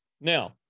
Now